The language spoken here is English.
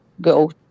go